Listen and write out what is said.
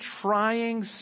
trying